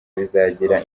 bizagira